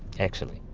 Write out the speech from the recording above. actually,